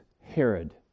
Herod